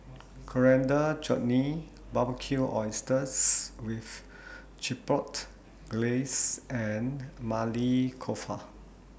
Coriander Chutney Barbecued Oysters with Chipotle Glaze and Maili Kofta